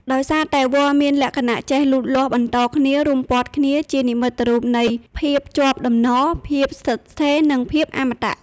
ដោយសារតែវល្លិ៍មានលក្ខណៈចេះលូតលាស់បន្តគ្នា រុំព័ទ្ធគ្នា វាជានិមិត្តរូបនៃ ភាពជាប់តំណ ភាពស្ថិតស្ថេរ និងភាពអមតៈ។